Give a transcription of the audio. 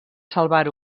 salvar